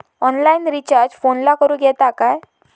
Online recharge फोनला करूक येता काय?